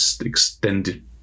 extended